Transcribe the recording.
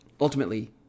ultimately